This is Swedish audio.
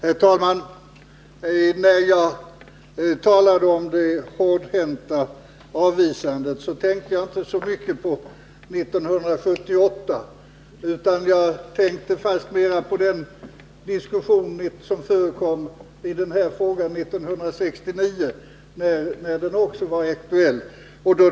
Herr talman! När jag talade om det hårdhänta avvisandet tänkte jag inte så mycket på 1978. Jag tänkte fastmera på den diskussion i den här frågan som förekom 1969, när den också var aktuell.